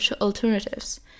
alternatives